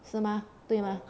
是吗对吗